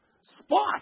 spot